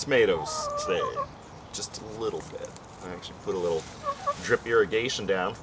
tomatoes just a little bit and put a little drip irrigation down